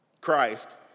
Christ